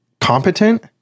Competent